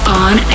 on